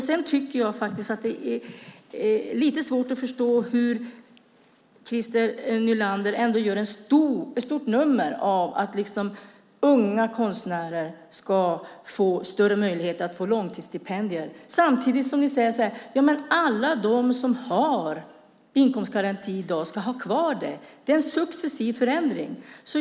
Sedan tycker jag faktiskt att det är lite svårt att förstå att Christer Nylander gör ett stort nummer av att unga konstnärer ska få större möjligheter att få långtidsstipendier, samtidigt som ni säger att alla de som har inkomstgaranti i dag ska ha kvar den. Det är en successiv förändring.